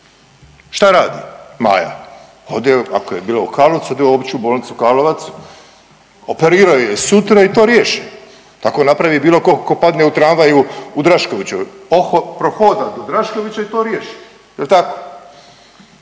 Šta radi Maja, ode ako je bila u Karlovcu ode u Opću bolnicu Karlovac operiraju je sutra i to riješe, tako napravi bilo tko padne u tramvaju u Draškovićevoj, prohoda do Draškovićeve i to riješi jel tako.